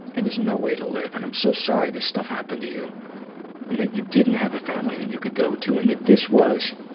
it is no way to live. and i'm so sorry this stuff happened to you, and that you didn't have a family that you could go to, and that this was,